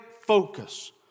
focus